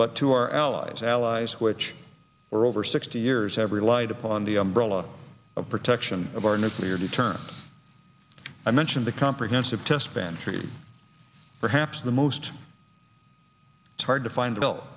but to our allies allies which are over sixty years have relied upon the umbrella of protection of our nuclear deterrent i mentioned the comprehensive test ban treaty perhaps the most it's hard to find a bill